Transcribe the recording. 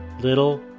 little